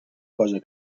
cosa